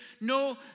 no